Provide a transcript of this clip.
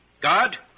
Guard